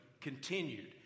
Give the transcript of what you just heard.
continued